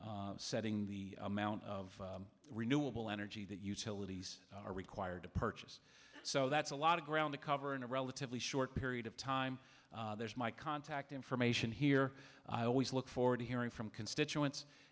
mandate setting the amount of renewable energy that utilities are required to purchase so that's a lot of ground to cover in a relatively short period of time there's my contact information here i always look forward to hearing from constituents